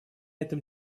этом